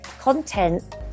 content